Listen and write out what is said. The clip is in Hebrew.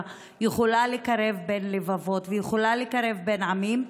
יכולה לקרב בין לבבות ויכולה לקרב בין עמים,